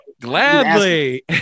Gladly